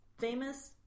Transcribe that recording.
famous